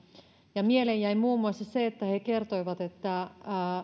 ja mieleen jäi muun muassa se että he kertoivat että